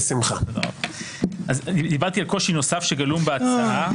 דיברתי על קושי נוסף שגלום בהצעה,